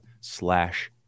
slash